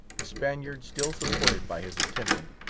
the spaniard, still supported by his attendant,